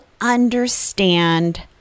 understand